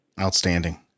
Outstanding